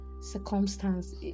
circumstance